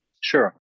Sure